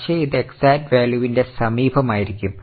പക്ഷേ ഇത് എക്സാക്റ്റ് വാല്യുവിന്റെ സമീപമായിരിക്കും